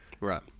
Right